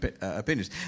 opinions